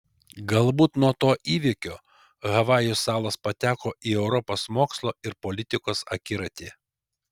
galbūt nuo to įvykio havajų salos pateko į europos mokslo ir politikos akiratį